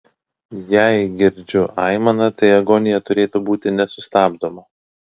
jei girdžiu aimaną tai agonija turėtų būti nesustabdoma